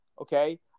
okay